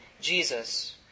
Jesus